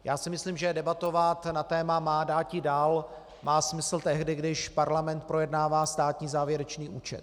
Já si myslím, že debatovat na téma má dáti dal má smysl tehdy, když parlament projednává státní závěrečný účet.